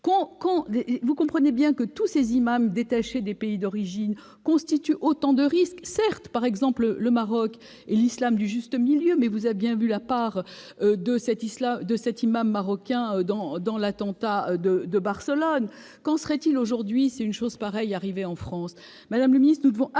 Vous le comprenez bien, tous les imams détachés des pays d'origine constituent autant de risques. Certes, le Maroc est l'islam du juste milieu, mais vous avez bien vu la part jouée par cet imam marocain dans l'attentat de Barcelone. Qu'en serait-il aujourd'hui si une chose pareille arrivait en France ?